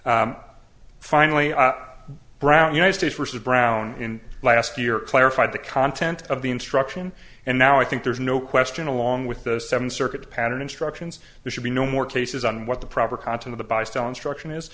finally brown united states versus brown in last year clarified the content of the instruction and now i think there's no question along with the seven circuit pattern instructions there should be no more cases on what the proper content of the by style instruction is